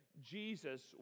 Jesus